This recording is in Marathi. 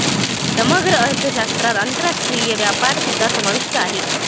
समग्र अर्थशास्त्रात आंतरराष्ट्रीय व्यापारसुद्धा समाविष्ट आहे